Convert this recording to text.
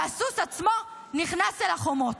והסוס עצמו נכנס אל החומות.